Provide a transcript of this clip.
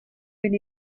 been